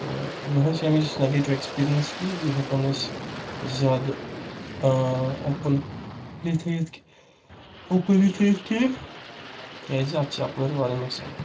یِہے چھِ اَمِچ نیگیٹِو ایکسپیٖرینٕس کہِ یہِ ہؠکو نہٕ أسۍ زیادٕ اوپُنلی تھٲیِتھ اوپُنلِی تھٲیِتھ کِینٛہِ کیازِ اَتھ چھِ اَپٲرۍ واریاہ نۄقصان